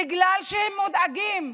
בגלל שהם מודאגים,